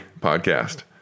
podcast